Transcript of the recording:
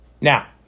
Now